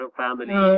family